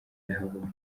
yahabonye